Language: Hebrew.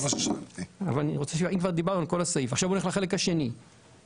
אני עובר לחלק השני של הסעיף.